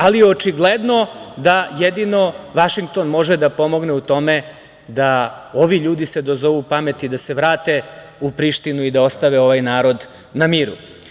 Ali, očigledno da jedino Vašington može da pomogne u tome da ovi ljudi se dozovu pamti da se vrate u Prištinu i da ostave ovaj narod na miru.